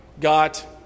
got